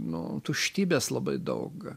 nu tuštybės labai daug